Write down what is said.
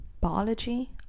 biology